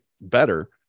better